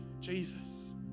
Jesus